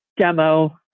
demo